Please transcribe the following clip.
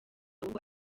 ahubwo